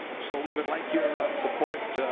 so we would like your support